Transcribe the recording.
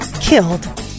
killed